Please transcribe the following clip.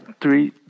three